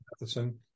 Matheson